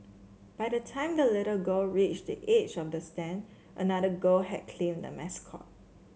by the time the little girl reached the edge of the stand another girl had claimed the mascot